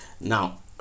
now